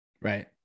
Right